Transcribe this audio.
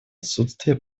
отсутствие